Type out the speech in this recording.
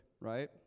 right